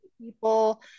People